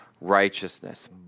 righteousness